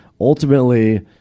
ultimately